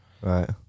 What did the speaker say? right